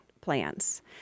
plans